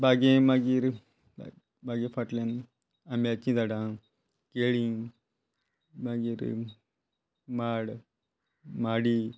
बागेंत मागीर बागे फाटल्यान आम्यांची धाडां केळीं मागीर माड माडी